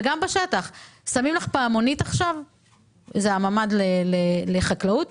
גם בשטח שמים פעמונית, שזה הממ"ד לחקלאות.